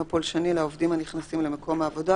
פולשני לעובדים הנכנסים למקום העבודה,